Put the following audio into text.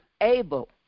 able